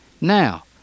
Now